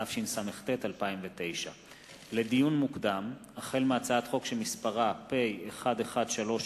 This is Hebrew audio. התשס"ט 2009. לדיון מוקדם: החל בהצעת חוק שמספרה פ/1136/18